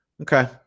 Okay